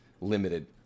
limited